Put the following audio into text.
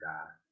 God